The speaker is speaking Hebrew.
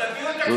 אתה נמצא.